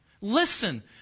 Listen